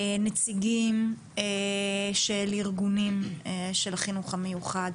נציגים של ארגונים של החינוך המיוחד,